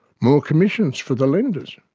more commissions for the lenders,